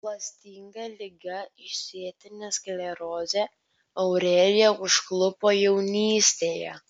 klastinga liga išsėtinė sklerozė aureliją užklupo jaunystėje